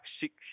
six